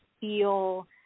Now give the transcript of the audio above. feel